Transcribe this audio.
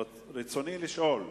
ברצוני לשאול: